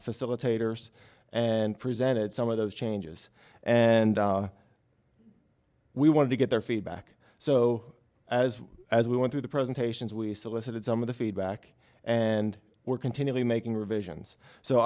facilitators and presented some of those changes and we wanted to get their feedback so as as we went through the presentations we solicited some of the feedback and we're continually making revisions so